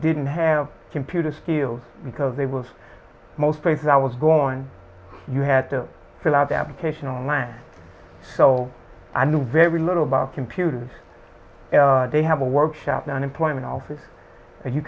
didn't have computer skills because they was most places i was gone you had to fill out the application online so i knew very little about computers they have a workshop unemployment office and you